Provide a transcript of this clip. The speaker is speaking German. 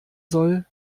soll